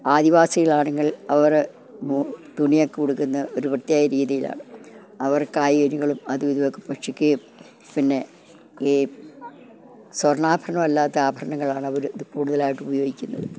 ആദിവാസികളാണെങ്കിൽ അവർ തുണിയൊക്കെ ഉടുക്കുന്ന ഒരു പ്രത്യേക രീതിയിലാണ് അവർ കായ്കനികളും അതും ഇതുമൊക്കെ ഭക്ഷിക്കുകയും പിന്നെ ഈ സ്വർണ്ണാഭരണമല്ലാത്ത ആഭരണങ്ങളാണവർ ഇത് കൂടുതലായിട്ടുപയോഗിക്കുന്നത്